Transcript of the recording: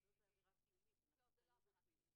זה לא בשם משרד המשפטים,